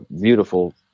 beautiful